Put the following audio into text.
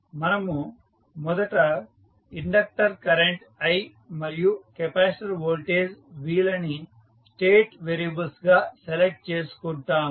మనము మొదట inductor current i మరియు కెపాసిటర్ వోల్టేజ్ v లని స్టేట్ వేరియబుల్స్ గా సెలెక్ట్ చేసుకుంటాము